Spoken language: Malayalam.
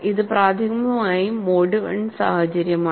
ഇത് പ്രാഥമികമായി മോഡ് I സാഹചര്യമാണ്